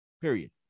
Period